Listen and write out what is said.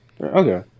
Okay